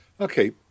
Okay